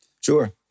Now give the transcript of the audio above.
Sure